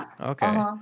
Okay